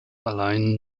allein